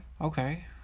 Okay